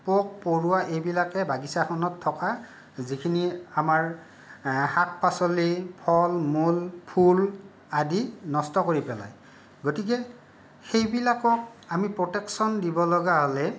পোক পৰুৱা এইবিলাকে বাগিচাখনত থকা যিখিনি আমাৰ শাক পাচলি ফল মূল ফুল আদি নষ্ট কৰি পেলায় গতিকে সেইবিলাকক আমি প্ৰটেক্শ্য়ন দিবলগীয়া হ'লে